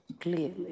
Clearly